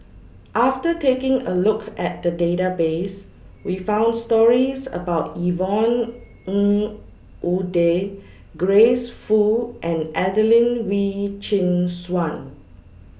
after taking A Look At The Database We found stories about Yvonne Ng Uhde Grace Fu and Adelene Wee Chin Suan